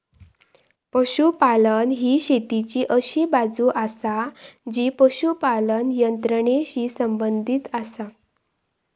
पशुपालन ही शेतीची अशी बाजू आसा जी पशुपालन यंत्रणेशी संबंधित आसा